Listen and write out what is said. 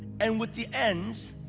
and with the ends,